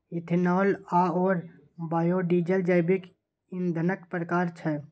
ethanol आओर biodiesel जैविक ईंधनक प्रकार छै